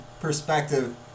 perspective